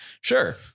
sure